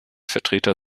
vertreter